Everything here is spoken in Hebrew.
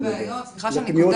בהקשר